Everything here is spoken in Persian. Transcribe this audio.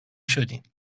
شدین